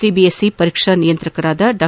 CBSE ಪರೀಕ್ಷಾ ನಿಯಂತ್ರಕರಾದ ಡಾ